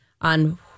on